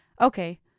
Okay